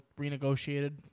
renegotiated